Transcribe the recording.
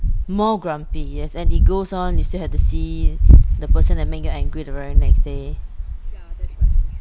more grumpy yes and it goes on you still have to see the person that make you angry the very next day